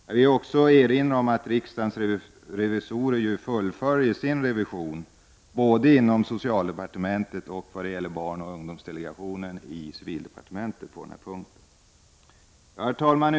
Jag vill också erinra om att riksdagens revisorer fullföljer sin revision både inom socialdepartementet och vad gäller barnoch ungdomsdelegationen i civildepartementet. Herr talman!